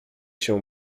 się